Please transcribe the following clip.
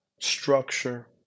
structure